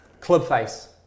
clubface